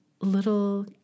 little